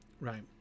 right